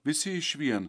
visi išvien